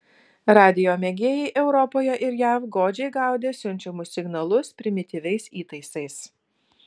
radijo mėgėjai europoje ir jav godžiai gaudė siunčiamus signalus primityviais įtaisais